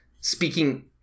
speaking